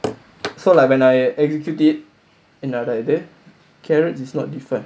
so like when I execute it என்னோடது:ennodathu carrot is not different